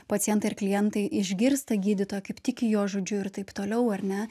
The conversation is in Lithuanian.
pacientai ar klientai išgirsta gydytoją kaip tiki jo žodžiu ir taip toliau ar ne